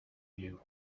you